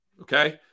Okay